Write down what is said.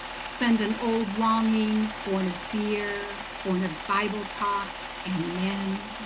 spend an old longing born of beer, born of bible talk and men.